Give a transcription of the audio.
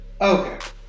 Okay